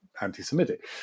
anti-Semitic